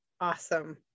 awesome